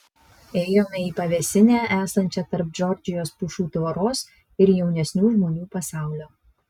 ėjome į pavėsinę esančią tarp džordžijos pušų tvoros ir jaunesnių žmonių pasaulio